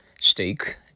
steak